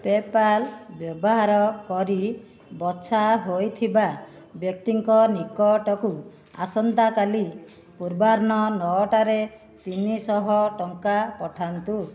PayPal ବ୍ୟବହାର କରି ବଛା ହୋଇଥିବା ବ୍ୟକ୍ତିଙ୍କ ନିକଟକୁ ଆସନ୍ତାକାଲି ପୂର୍ବାହ୍ନ ନଅଟାରେ ତିନିଶହ ଟଙ୍କା ପଠାନ୍ତୁ